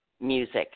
music